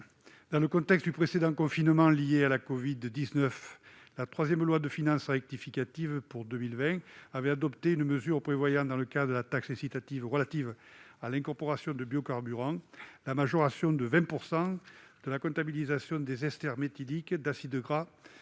Dans le contexte du précédent confinement lié à la covid-19, la troisième loi de finances rectificative pour 2020 comportait, dans le cas de la taxe incitative relative à l'incorporation de biocarburants, une mesure de majoration de 20 % de la comptabilisation des esters méthyliques d'acides gras